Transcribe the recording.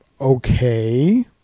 Okay